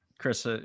Chris